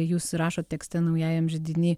jūs rašot tekste naujajam židiny